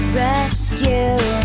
rescue